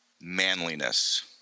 manliness